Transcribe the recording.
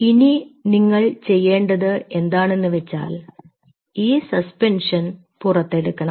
ഇനി നിങ്ങൾ ചെയ്യേണ്ടത് എന്താണെന്നുവെച്ചാൽ ഈ സസ്പെൻഷൻ പുറത്തെടുക്കണം